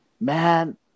man